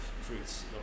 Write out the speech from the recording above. fruits